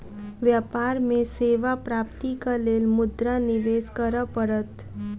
व्यापार में सेवा प्राप्तिक लेल मुद्रा निवेश करअ पड़त